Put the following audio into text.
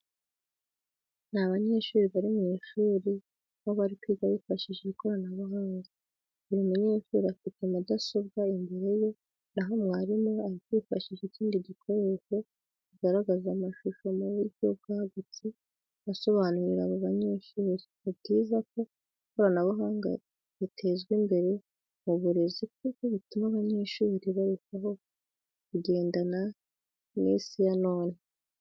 Ni abanyeshuri bari mu ishuri aho bari kwiga bifashishije ikoranabuhanga. Buri mu nyeshuri afite mudasobwa imbere ye naho mwarimu we ari kwifashisha ikindi gikoresha kigaragaza amashusho mu buryo bwagutse asobanurira abo banyeshuri. Ni byiza ko ikoranabuhanga ritezwa imbere mu burezi kuko bituma abanyeshuri barushaho kugendana n'Isi ya none